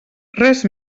res